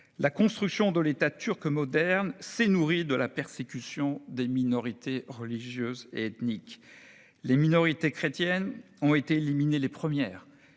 La construction de l'État turc moderne s'est nourrie de la persécution des minorités religieuses et ethniques. Les minorités chrétiennes ont été éliminées les premières.